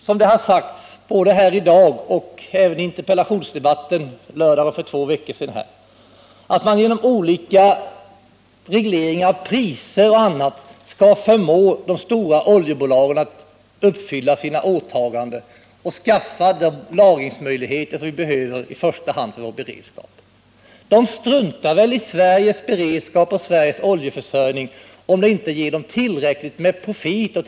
Som det har sagts både här i dag och i interpellationsdebatten för två veckor sedan på lördag är det naivt att tro att man genom olika regleringar av priser och annat kan förmå de stora oljebolagen att uppfylla sina åtaganden, så att vi får de lagringsmöjligheter som vi i första hand behöver för vår beredskap. Bolagen struntar väl i Sveriges beredskap och oljeförsörjning, om det inte ger dem tillräcklig profit.